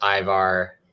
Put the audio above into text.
Ivar